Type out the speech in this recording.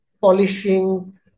polishing